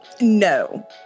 no